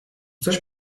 coś